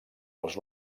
els